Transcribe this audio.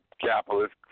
capitalist